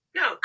no